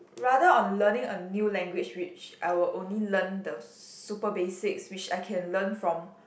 rather on learning a new language which I will only learn the super basics which I can learn from